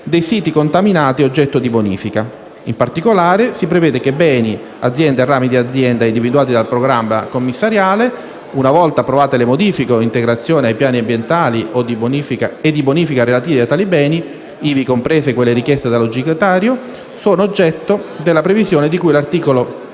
dei siti contaminati oggetto di bonifica. In particolare, si prevede che beni, aziende e rami di azienda individuati dal programma commissariale, una volta approvate le modifiche o integrazioni ai piani ambientali e di bonifica relativi a tali beni, ivi comprese quelle richieste dall'aggiudicatario, sono oggetto della previsione di cui all'articolo